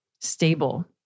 stable